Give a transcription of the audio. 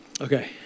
Okay